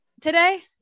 today